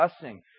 blessing